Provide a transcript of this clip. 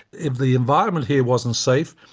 if the environment here wasn't safe,